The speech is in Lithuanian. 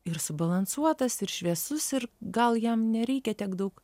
ir subalansuotas ir šviesus ir gal jam nereikia tiek daug